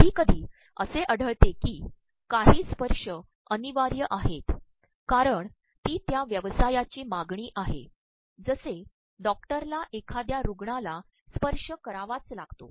कधीकधी असे आढळते की काही स्त्पशय अतनवायय आहेत कारण ती त्या व्यवसायाची मागणी आहे जसेडॉक्िरला एखाद्या रुग्णाला स्त्पशय करावाच लागतो